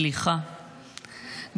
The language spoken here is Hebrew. סליחה,